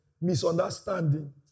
Misunderstanding